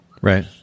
Right